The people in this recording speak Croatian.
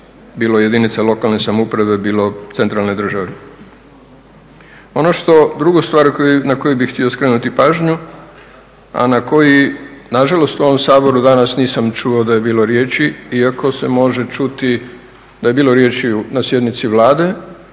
bio jedinica lokalne samouprave, bilo centralne države. Drugu stvar na koju bih htio skrenuti pažnju, a na koji nažalost u ovom Saboru danas nisam čuo da je bilo riječi, iako se može čuti da je bilo riječi na sjednici Vlade,